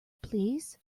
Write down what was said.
please